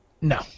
No